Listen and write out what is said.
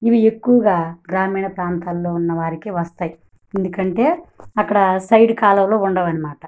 ఇవి ఎక్కువగా గ్రామీణ ప్రాంతాల్లో ఉన్నవారికి వస్తాయి ఎందుకంటే అక్కడ సైడ్ కాలవలు ఉండవు అన్నమాట